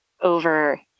over